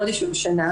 חודש או שנה,